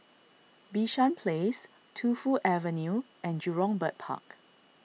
Bishan Place Tu Fu Avenue and Jurong Bird Park